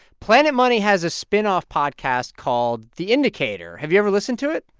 planet money has a spinoff podcast called the indicator. have you ever listened to it?